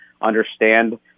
understand